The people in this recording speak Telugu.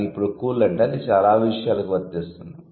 కానీ ఇప్పుడు 'కూల్' అంటే అది చాలా విషయాలకు వర్తిస్తుంది